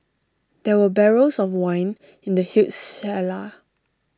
there were barrels of wine in the huge cellar